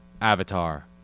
Avatar